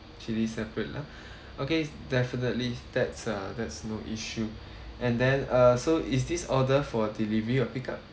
chili separate lah okay definitely that's uh that's no issue and then uh so is this order for delivery or pick up